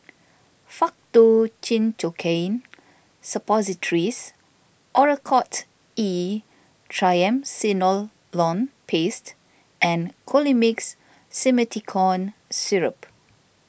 Faktu Cinchocaine Suppositories Oracort E Triamcinolone Paste and Colimix Simethicone Syrup